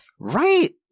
Right